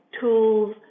tools